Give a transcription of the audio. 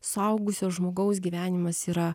suaugusio žmogaus gyvenimas yra